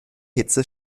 hitze